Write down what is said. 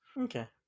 Okay